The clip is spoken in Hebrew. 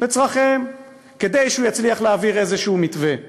לצורכיהם כדי שהוא יצליח להעביר מתווה כלשהו?